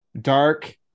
dark